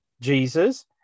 Jesus